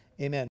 Amen